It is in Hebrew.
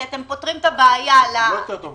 כי אתם פותרים את הבעיה לאנשים